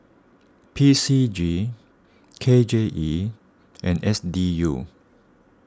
P C G K J E and S D U